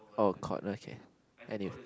oh god okay and if